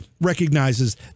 recognizes